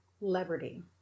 Liberty